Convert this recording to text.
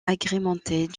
agrémentées